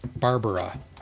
Barbara